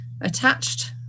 attached